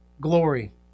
glory